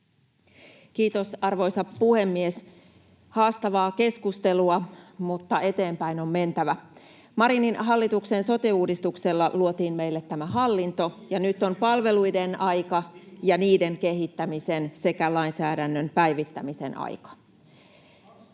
Kiitos, arvoisa puhemies! Haastavaa keskustelua, mutta eteenpäin on mentävä. — Marinin hallituksen sote-uudistuksella luotiin meille tämä hallinto, [Antti Kurvinen: Edellinen hallitus mainittu! Bingo!] ja nyt on palveluiden aika ja niiden kehittämisen sekä lainsäädännön päivittämisen aika.